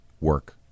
work